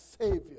Savior